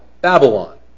Babylon